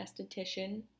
esthetician